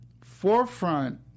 forefront